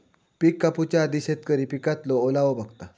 पिक कापूच्या आधी शेतकरी पिकातलो ओलावो बघता